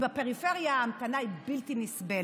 כי בפריפריה ההמתנה היא בלתי נסבלת.